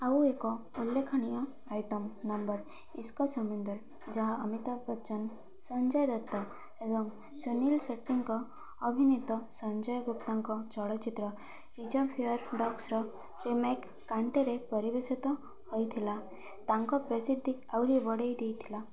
ଆଉ ଏକ ଉଲ୍ଲେଖନୀୟ ଆଇଟମ୍ ନମ୍ବର ଇସ୍କ ସମୁନ୍ଦର ଯାହା ଅମିତାଭ ବଚ୍ଚନ ସଞ୍ଜୟ ଦତ୍ତ ଏବଂ ସୁନୀଲ ସେଟ୍ଟୀଙ୍କ ଅଭିନୀତ ସଞ୍ଜୟ ଗୁପ୍ତାଙ୍କ ଚଳଚ୍ଚିତ୍ର ରିଜର୍ଭୟର ଡଗ୍ସ୍ର ରିମେକ୍ କାଣ୍ଟରେ ପରିବେଷିତ ହୋଇଥିଲା ତାଙ୍କ ପ୍ରସିଦ୍ଧି ଆହୁରି ବଢ଼ାଇ ଦେଇଥିଲା